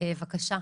בבקשה.